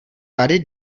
tady